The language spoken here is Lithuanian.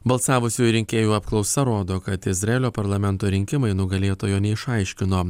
balsavusių rinkėjų apklausa rodo kad izraelio parlamento rinkimai nugalėtojo neišaiškino